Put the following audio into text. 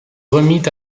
remit